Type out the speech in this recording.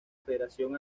federación